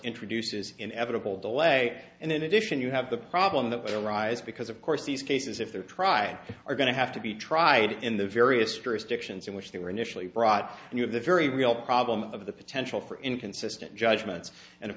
introduces inevitable delay and in addition you have the problem that will arise because of course these cases if they're try are going to have to be tried in the various jurisdictions in which they were initially brought and you have the very real problem of the potential for inconsistent judgments and of